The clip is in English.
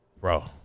Bro